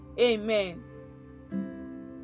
Amen